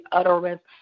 utterance